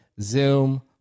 Zoom